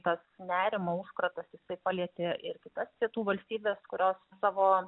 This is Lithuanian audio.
tas nerimo užkratas palietė ir kitas rytų valstybes kurios savo